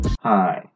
Hi